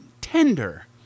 tender